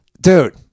Dude